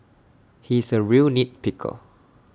he is A real nit picker